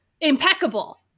impeccable